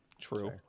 True